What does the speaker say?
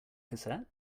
cassette